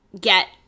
get